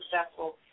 successful